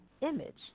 image